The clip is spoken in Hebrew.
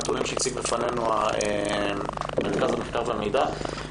הנתונים שהציג בפנינו מרכז המחקר והמידע של הכנסת,